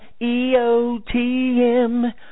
EOTM